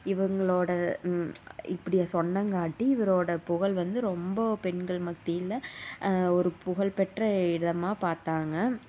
இவங்களோட இப்படி சொன்னங்காட்டி இவரோட புகழ் வந்து ரொம்ப பெண்கள் மத்தியில ஒரு புகழ்பெற்ற இடமாக பார்த்தாங்க